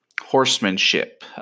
Horsemanship